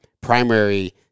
primary